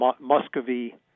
Muscovy